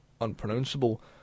unpronounceable